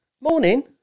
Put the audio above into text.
Morning